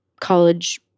college